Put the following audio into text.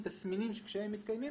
הוא עכשיו מעביר לבנק,